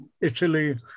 Italy